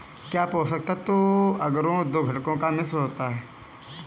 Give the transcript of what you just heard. क्या पोषक तत्व अगरो दो घटकों का मिश्रण होता है?